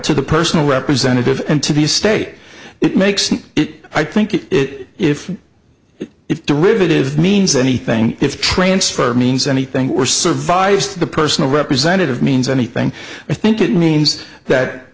to the personal representative and to the state it makes it i think it it if it's derivative means anything if transferred means anything or survives the personal representative means anything i think it means that